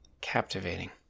captivating